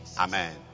Amen